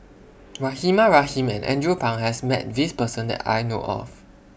Rahimah Rahim and Andrew Phang has Met This Person that I know of